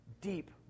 deep